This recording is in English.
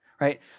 right